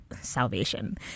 salvation